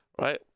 right